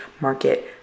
market